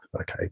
Okay